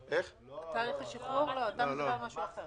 אתה מדבר על משהו אחר.